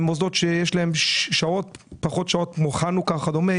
מוסדות שיש להם פחות שעות כמו חנוכה וכדומה,